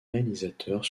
réalisateur